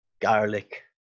garlic